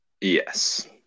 Yes